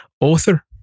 author